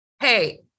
Hey